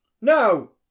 No